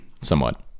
somewhat